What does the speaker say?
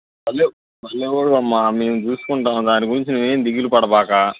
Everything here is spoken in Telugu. బలేవ్ బలేవాడివమ్మా మేము చూసుకుంటాము దాని గురించి నువ్వేమి దిగులు పడకు